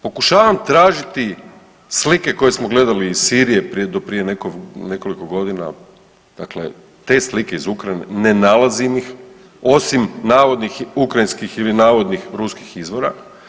Pokušavam tražiti slike koje smo gledali iz Sirije do prije nekoliko godina, dakle te slike iz Ukrajine, ne nalazim ih osim navodnih ukrajinskih ili navodnih ruskih izvora.